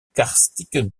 karstique